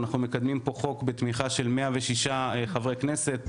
אנחנו מקדמים כאן חוק בתמיכה של 106 חברי כנסת,